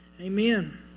Amen